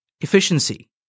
efficiency